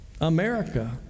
America